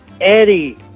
Eddie